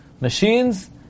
machines